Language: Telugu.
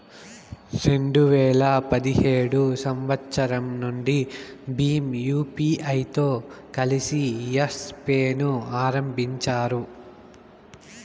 రెండు వేల పదిహేడు సంవచ్చరం నుండి భీమ్ యూపీఐతో కలిసి యెస్ పే ను ఆరంభించారు